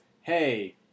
hey